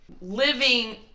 living